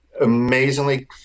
amazingly